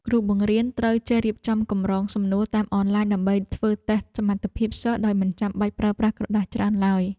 គ្រូបង្រៀនត្រូវចេះរៀបចំកម្រងសំណួរតាមអនឡាញដើម្បីធ្វើតេស្តសមត្ថភាពសិស្សដោយមិនចាំបាច់ប្រើប្រាស់ក្រដាសច្រើនឡើយ។